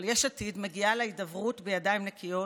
אבל יש עתיד מגיעה להידברות בידיים נקיות,